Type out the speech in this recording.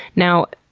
now,